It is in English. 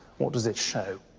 what does it show?